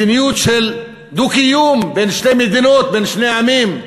מדיניות של דו-קיום בין שתי מדינות, בין שני עמים.